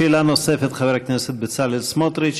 שאלה נוספת, חבר הכנסת בצלאל סמוטריץ.